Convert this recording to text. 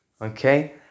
okay